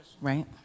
Right